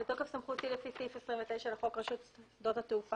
מכבדת אותנו בנוכחותה מנכ"לית משרד התחבורה,